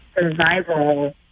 survival